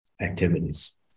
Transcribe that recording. activities